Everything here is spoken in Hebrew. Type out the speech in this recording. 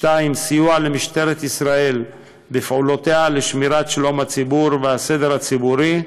2. סיוע למשטרת ישראל בפעולותיה לשמירת שלום הציבור והסדר הציבורי,